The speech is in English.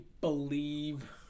believe